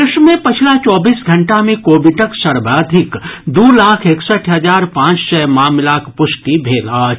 देश मे पछिला चौबीस घंटा मे कोविडक सर्वाधिक दू लाख एकसठि हजार पांच सय मामिलाक प्रष्टि भेल अछि